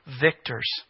victors